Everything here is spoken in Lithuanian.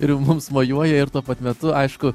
ir jau mums mojuoja ir tuo pat metu aišku